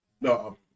No